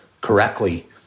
correctly